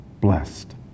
blessed